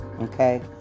okay